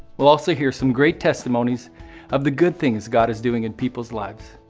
we'll also hear some great testimonies of the good things god is doing in people's lives.